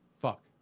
Fuck